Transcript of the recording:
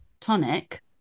tonic